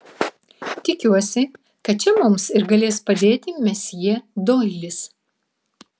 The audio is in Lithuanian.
tikiuosi kad čia mums ir galės padėti mesjė doilis